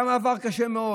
היה מעבר קשה מאוד.